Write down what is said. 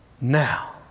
now